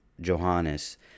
Johannes